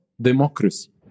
democracy